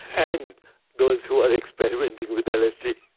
and those who are experimenting with lsd